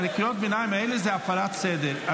קריאות הביניים האלה זה הפרת סדר,